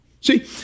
See